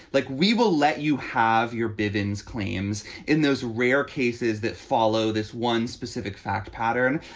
like, we will let you have your bivins claims in those rare cases that follow this one specific fact pattern.